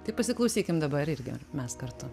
tai pasiklausykim dabar irgi mes kartu